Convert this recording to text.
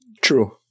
True